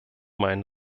meinen